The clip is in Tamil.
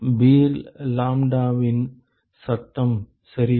பீர் லம்பேர்ட்டின் Beer Lambert's சட்டம் சரியா